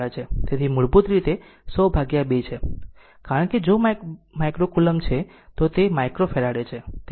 તેથી તે મૂળભૂત રીતે 100 ભાગ્યા 2 છે કારણ કે જો માઇક્રો કૂલોમ્બ છે અને તે માઈક્રોફેરાડે છે